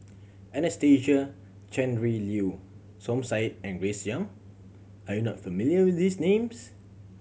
Anastasia Tjendri Liew Som Said and Grace Young are you not familiar with these names